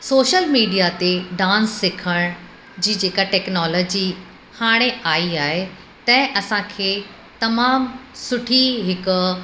social media ते dance सेखारण जी जेका टेक्नोलॉजी हाणे आई आहे तंहिं असांखे तमामु सुठी हिकु